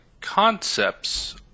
concepts